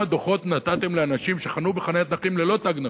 דוחות נתתם לאנשים שחנו בחניית נכים ללא תג נכה?